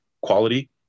quality